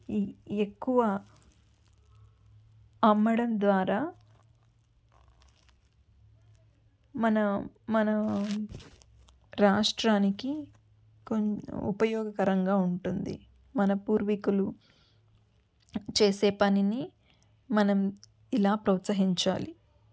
ఈ ఎక్కువ అమ్మడం ద్వారా మన మన రాష్ట్రానికి ఉపయోగకరంగా ఉంటుంది మన పూర్వీకులు చేసే పనిని మనం ఇలా ప్రోత్సహించాలి